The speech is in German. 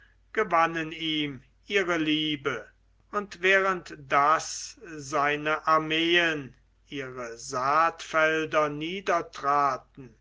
gewannen ihm ihre liebe und während daß seine armeen ihre saatfelder niedertraten